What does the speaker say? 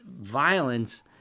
violence